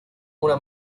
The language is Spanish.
una